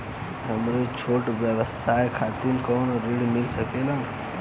हमरे छोट व्यवसाय खातिर कौनो ऋण मिल सकेला?